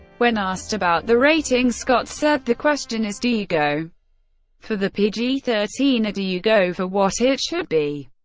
when asked about the rating, scott said, the question is, do you go for the pg thirteen, or do you go for what it should be,